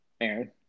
Aaron